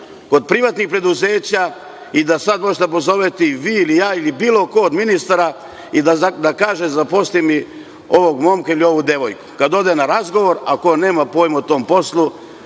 kod privatnih preduzeća i da sad možete da pozovete i vi ili ja ili bilo kod od ministara i da kaže – zaposli mi ovog momka ili ovu devojku. Kad ode na razgovor, ako nema pojma o tom poslu,